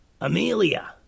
Amelia